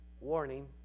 Warning